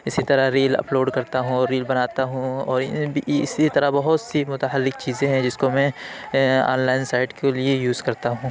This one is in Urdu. اسی طرح ریل اپلوڈ کرتا ہوں ریل بناتا ہوں اور اسی طرح بہت سی متحرک چیزیں ہیں جس کو میں آن لائن سائٹ کے لیے یوز کرتا ہوں